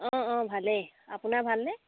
অঁ অঁ ভালেই আপোনাৰ ভালনে